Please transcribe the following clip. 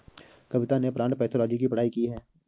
कविता ने plant pathology की पढ़ाई की है